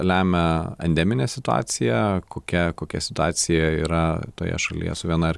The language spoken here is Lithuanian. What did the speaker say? lemia endeminė situacija kokia kokia situacija yra toje šalyje su viena ar